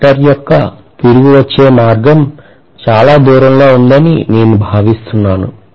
conductor యొక్క తిరిగి వచ్చే మార్గం చాలా దూరంలో ఉందని నేను భావిస్తున్నాను